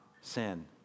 sin